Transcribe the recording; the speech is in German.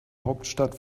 hauptstadt